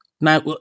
now